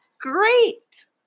great